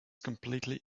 completely